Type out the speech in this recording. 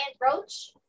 roach